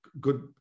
good